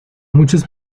muchos